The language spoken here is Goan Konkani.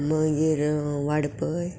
मागीर वाळपय